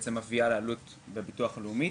שבעצם מביאה לעלות בביטוח לאומי,